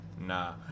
nah